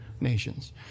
nations